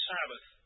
Sabbath